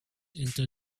into